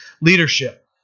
leadership